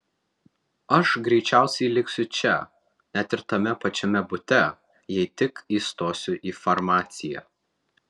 aš greičiausiai liksiu čia net ir tame pačiame bute jei tik įstosiu į farmaciją